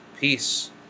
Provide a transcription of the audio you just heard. peace